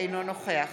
אינו נוכח